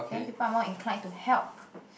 then people are more inclined to help